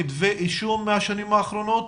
כתבי אישום מהשנים האחרונות?